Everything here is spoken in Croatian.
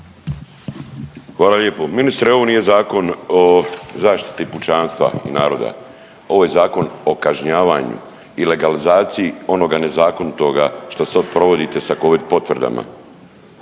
Hvala lijepo. Ministre ovo nije zakon o zaštiti pučanstva i naroda, ovo je zakon o kažnjavanju i legalizaciji onoga nezakonitoga što sad provodite sa Covid potvrdama.